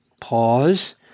pause